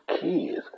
kids